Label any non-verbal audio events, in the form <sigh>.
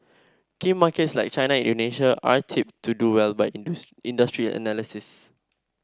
key markets like China and Indonesia are tipped to do well by <unintelligible> industry analysts